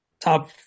top